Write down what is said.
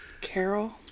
Carol